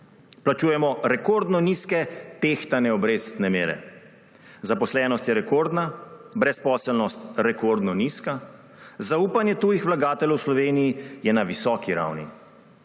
Plačujemo rekordno nizke tehtane obrestne mere, zaposlenost je rekordna, brezposelnost rekordno nizka, zaupanje tujih vlagateljev v Sloveniji je na visoki ravni.